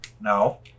No